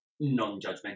Non-judgmental